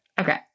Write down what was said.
Okay